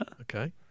Okay